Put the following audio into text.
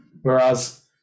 whereas